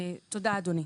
תודה אדוני.